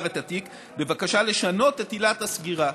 את התיק בבקשה לשנות את עילת הסגירה.